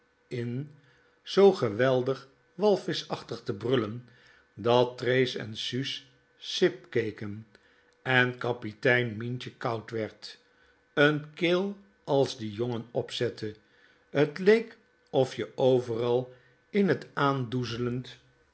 in z geweldig walvischachtig te brullen dat trees en suus sip keken en kaptein mientje koud werd n keel as die jongen opzette t leek of je overal in t